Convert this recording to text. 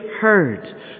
heard